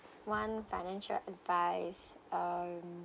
one financial advice um